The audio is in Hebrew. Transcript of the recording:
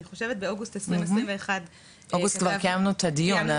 אני חושבת באוגוסט 2021 -- אוגוסט כבר קיימנו את הדיון,